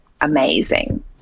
amazing